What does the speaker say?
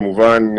כמובן,